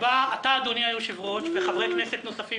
שבו אתה אדוני היושב-ראש וחברי כנסת נוספים